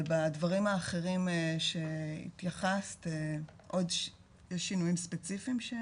אבל בדברים האחרים שהתייחסת, יש שינויים ספציפיים?